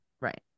Right